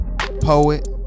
poet